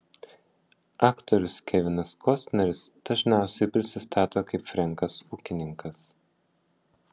aktorius kevinas kostneris dažniausiai prisistato kaip frenkas ūkininkas